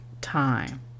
time